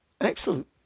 excellent